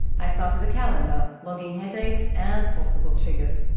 i started a calendar logging headaches and possible triggers.